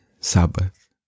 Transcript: Sabbath